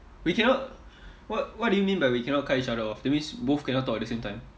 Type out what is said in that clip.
we cannot what what do you mean by we cannot cut each other off that means both cannot talk at the same time